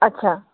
আচ্ছা